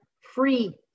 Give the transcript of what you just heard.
free